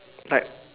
like